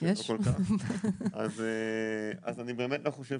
אני לא חושב